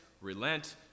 relent